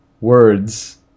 words